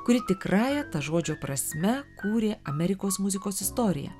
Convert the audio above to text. kuri tikrąja ta žodžio prasme kūrė amerikos muzikos istoriją